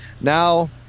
Now